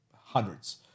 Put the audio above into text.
hundreds